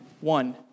One